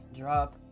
drop